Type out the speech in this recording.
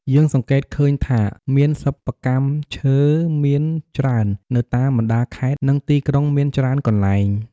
យើងសង្កេតឃើញថាមានសប្បកម្មឈើមានច្រើននៅតាមបណ្តាខេត្ត និងទីក្រុងមានច្រើនកន្លែង។